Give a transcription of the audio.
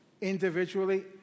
individually